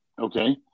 okay